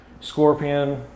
scorpion